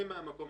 המקרה